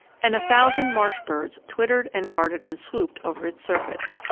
and a thousand marsh-birds twittered and darted and swooped over its surface.